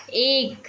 एक